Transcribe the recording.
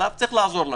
צריך לעזור להם.